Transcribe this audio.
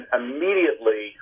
immediately